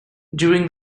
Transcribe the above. during